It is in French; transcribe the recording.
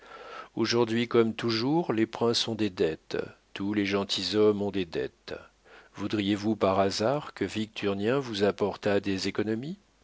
aujourd'hui comme toujours les princes ont des dettes tous les gentilshommes ont des dettes voudriez-vous par hasard que victurnien vous apportât des économies